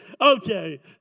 Okay